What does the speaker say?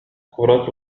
كرة